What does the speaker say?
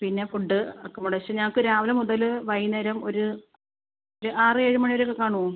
പിന്നെ food accommodation ഞങ്ങൾക്ക് രാവിലെ മുതൽ വൈകുന്നേരം ഒരു ഒരു ആറേഴ് മണിവരെയൊക്കെ കാണുമോ